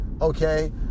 okay